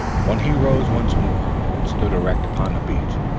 when he rose once more and stood erect upon the beach,